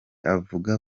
avuga